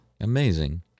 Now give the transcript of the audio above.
Amazing